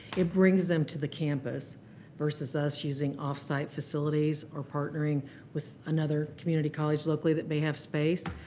it brings them to the campus versus us using offsite facilities or partnering with another community college locally that may have space.